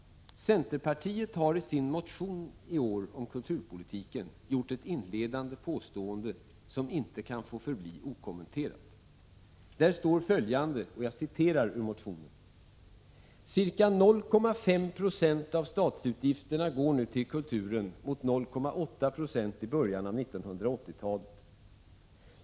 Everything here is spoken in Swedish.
Centerpartiet har i sin motion om kulturpolitiken i år gjort ett inledande påstående som inte får förbli okommenterat. Där står följande: Ca 0,5 96 av statsutgifterna går nu till kulturen mot 0,8 Ze i början av 1980-talet.